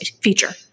feature